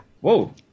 Whoa